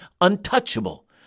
untouchable